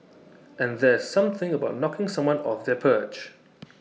and there's something about knocking someone off their perch